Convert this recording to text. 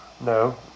No